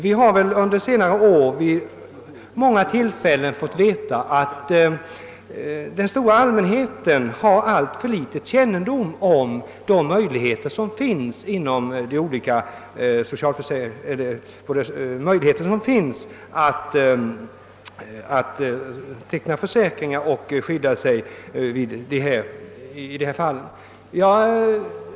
Vi har under senare år vid många tillfällen fått klart för oss att den stora allmänheten har alltför liten kännedom om de möjligheter som finns att teckna försäkringar och skydda sig i dessa fall.